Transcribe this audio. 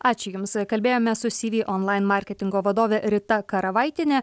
ačiū jums kalbėjome su syvy online marketingo vadove rita karavaitienė